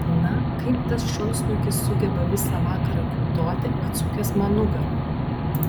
na kaip tas šunsnukis sugeba visą vakarą kiūtoti atsukęs man nugarą